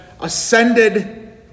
ascended